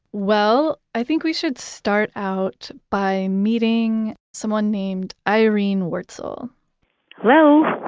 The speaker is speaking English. well, i think we should start out by meeting someone named irene wurtzel hello?